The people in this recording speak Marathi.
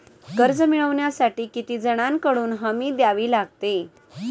कर्ज मिळवण्यासाठी किती जणांकडून हमी द्यावी लागते?